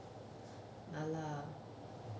mala